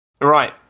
right